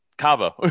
Cabo